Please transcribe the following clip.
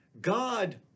God